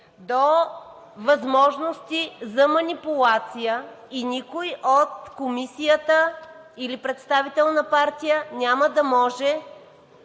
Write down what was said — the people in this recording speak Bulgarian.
до възможности за манипулация, и никой от комисията или представител на партия няма да може